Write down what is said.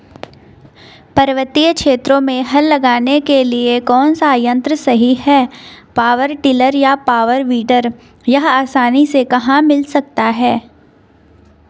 पर्वतीय क्षेत्रों में हल लगाने के लिए कौन सा यन्त्र सही है पावर टिलर या पावर वीडर यह आसानी से कहाँ मिल सकता है?